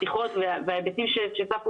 והשיחות וההיבטים שצפו,